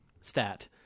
stat